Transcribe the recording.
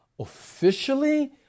officially